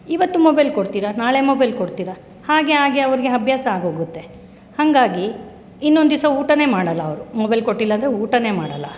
ಇವತ್ತು ಮೊಬೆಲ್ ಕೊಡ್ತೀರಾ ನಾಳೆ ಮೊಬೆಲ್ ಕೊಡ್ತೀರಾ ಹಾಗೆ ಹಾಗೆ ಅವರಿಗೆ ಅಭ್ಯಾಸ ಆಗಿ ಹೋಗುತ್ತೆ ಹಾಗಾಗಿ ಇನ್ನೊಂದು ದಿವ್ಸ ಊಟನೇ ಮಾಡಲ್ಲ ಅವರು ಮೊಬೆಲ್ ಕೊಟ್ಟಿಲ್ಲ ಅಂದರೆ ಊಟನೇ ಮಾಡಲ್ಲ